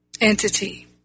entity